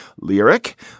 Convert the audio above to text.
lyric